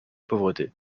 pauvreté